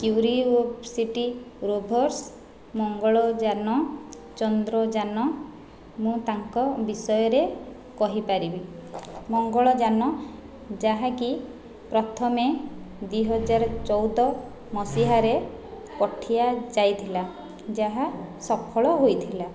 curiosity rovers Mangalyaan Chandrayaan ମୁଁ ତାଙ୍କ ବିଷୟରେ କହିପାରିବି ମଙ୍ଗଳଯାନ ଯାହାକି ପ୍ରଥମେ ଦୁଇ ହଜାର ଚଉଦ ମସିହାରେ ପଠିଆ ଯାଇଥିଲା ଯାହା ସଫଳ ହୋଇଥିଲା